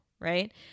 right